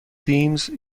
deems